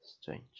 strange